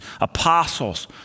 apostles